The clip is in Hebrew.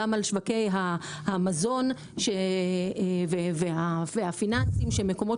גם על שווקי המזון והפיננסים שזה מקומות